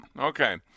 Okay